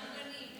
גם בנים.